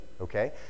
okay